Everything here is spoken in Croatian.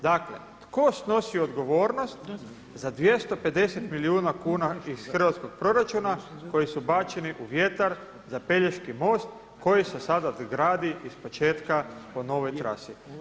Dakle tko snosi odgovornost za 250 milijuna kuna iz hrvatskih proračuna koji su bačeni u vjetar za Pelješki most koji se sada gradi iz početka po novoj trasi.